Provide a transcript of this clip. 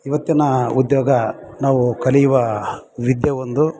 ಇವತ್ತಿನ ಉದ್ಯೋಗ ನಾವು ಕಲಿಯುವ ವಿದ್ಯೆ ಒಂದು